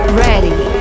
ready